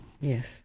Yes